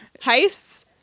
heists